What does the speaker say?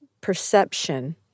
perception